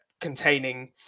containing